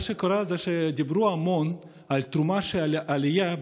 מה שקרה זה שדיברו המון על התרומה של העלייה,